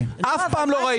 אף פעם לא ראיתי.